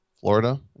Florida